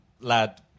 lad